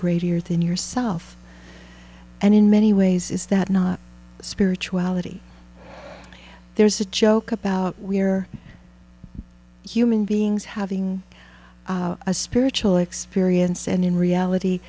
than yourself and in many ways is that not spirituality there's a joke about we're human beings having a spiritual experience and in reality